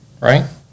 right